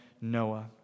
Noah